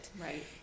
Right